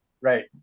Right